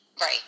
right